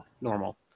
normal